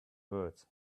words